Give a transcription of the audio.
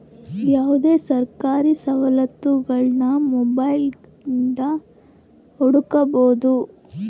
ಯಾವುದೇ ಸರ್ಕಾರಿ ಸವಲತ್ತುಗುಳ್ನ ಮೊಬೈಲ್ದಾಗೆ ಹುಡುಕಬೊದು